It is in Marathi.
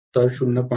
तर 0